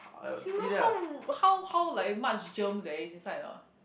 you know how how how like much germ there is inside or not